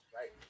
Right